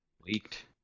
Leaked